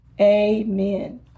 Amen